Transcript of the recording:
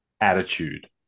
attitude